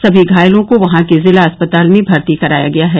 सभी घायलों को वहां के जिला अस्पताल में भर्ती कराया गया है